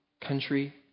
country